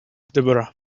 deborah